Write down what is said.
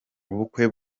ubukwe